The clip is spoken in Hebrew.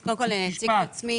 אז קודם כל אני אציג את עצמי.